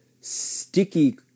sticky